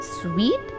sweet